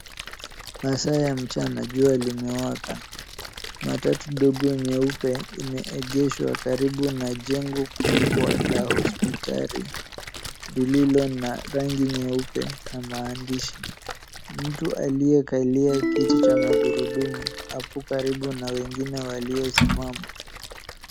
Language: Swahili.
Masaa ya mchana jua lime waka matatu ndogo nyeupe lime egeshwa karibu na jengo kubwa la hospitali lililo na rangi nyeupe na maandishi, mtu alie kalia kiti cha magurudumu ako karibu na wengine walio simama.